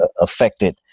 affected